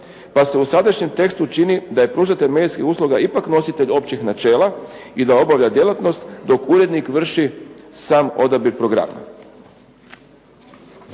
Pa se u sadašnjem tekstu čini da je pružatelj medijskih usluga ipak nositelj općeg načela i da obavlja djelatnost dok urednik vrši sam odabir programa.